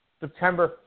September